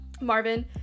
Marvin